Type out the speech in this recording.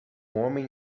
homem